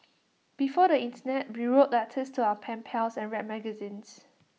before the Internet we wrote letters to our pen pals and read magazines